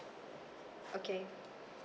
okay